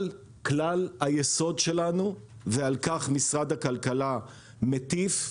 כלל היסוד שלנו, ועל כך משרד הכלכלה מטיף ומאמין,